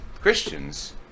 Christians